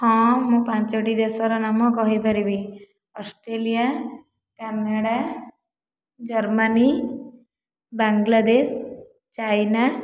ହଁ ମୁଁ ପାଞ୍ଚଟି ଦେଶର ନାମ କହିପାରିବି Australia Canada Germany Bangladesh China